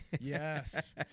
Yes